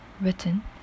written